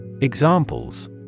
Examples